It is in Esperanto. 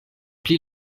pli